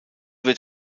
wird